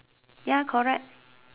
ya correct